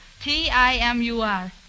T-I-M-U-R